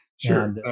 Sure